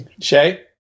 Shay